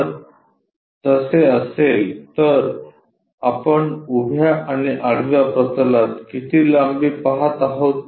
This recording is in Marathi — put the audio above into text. जर तसे असेल तर आपणउभ्या आणि आडव्या प्रतलात किती लांबी पहात आहोत